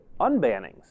unbannings